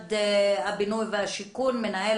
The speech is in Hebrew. משרד השיכון, נתנאל,